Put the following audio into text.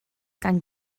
gan